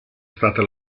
stata